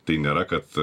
tai nėra kad